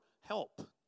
help